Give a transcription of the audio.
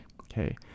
okay